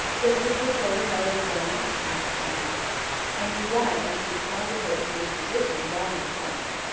does miss matilda know of his illness? asked i a new light as to the cause of her indisposition dawning upon me.